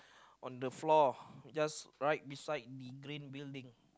on the floor just right beside the green building